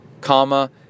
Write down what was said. Comma